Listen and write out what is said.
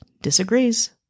disagrees